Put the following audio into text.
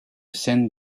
scènes